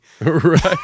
Right